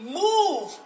move